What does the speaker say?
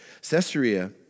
Caesarea